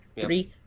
three